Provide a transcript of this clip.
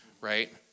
right